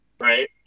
right